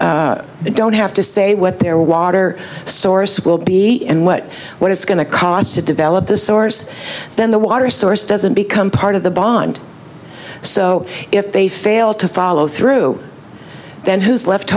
bond they don't have to say what their water source will be and what what it's going to cost to develop the source then the water source doesn't become part of the bond so if they fail to follow through then who's left